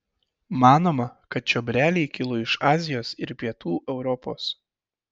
manoma kad čiobreliai kilo iš azijos ir pietų europos